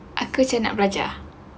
aku jer nak belajar